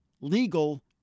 Legal